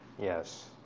Yes